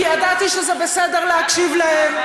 כי ידעתי שזה בסדר להקשיב להם,